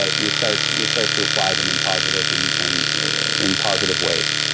ah you start you start to apply them in positive and and in positive ways.